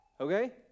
Okay